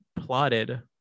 plotted